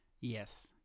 yes